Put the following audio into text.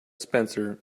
spencer